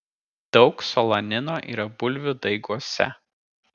daug solanino yra bulvių daiguose